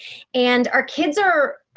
and, our kids are